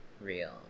real